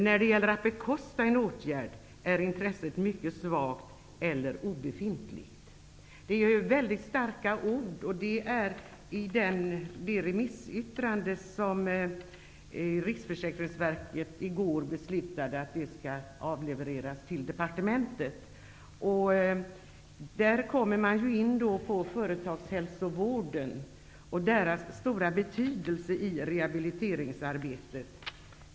När det gäller att bekosta en åtgärd är intresset mycket svagt, eller obefintligt. Det är väldigt starka ord som man tar till. Det gäller alltså det remissyttrande som Riksförsäkringsverket i går beslutade skall avlevereras till departementet. Man kommer in på företagshälsovården och dess stora betydelse i rehabiliteringsarbetet.